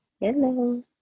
Hello